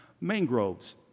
mangroves